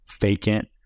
vacant